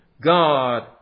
God